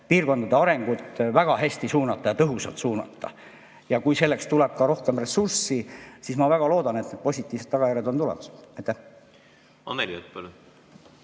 piirkondade arengut väga hästi suunata, tõhusalt suunata. Kui selleks tuleb ka rohkem ressurssi, siis ma väga loodan, et positiivsed tagajärjed on tulemas.